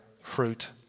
fruit